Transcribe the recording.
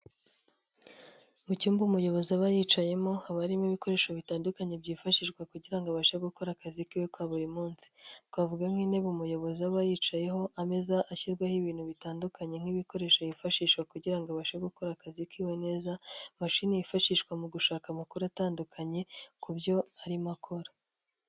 Mu cyumba umuyobozi aba yicayemo, haba harimo ibikoresho bitandukanye byifashishwa kugira abashe gukora akazi kiwe ka buri munsi .Twavuga nk'intebe umuyobozi aba yicayeho, ameza ashyirwaho ibintu bitandukanye nk'ibikoresho yifashisha kugira abashe gukora akazi kiwe neza, mashine yifashishwa mu gushaka amakuru atandukanye ku byo arimo akora.